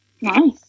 nice